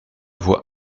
voix